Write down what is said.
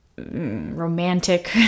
romantic